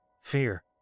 Fear